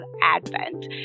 Advent